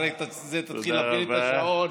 אחרי זה תתחיל להפעיל את השעון.